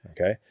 Okay